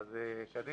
בבקשה,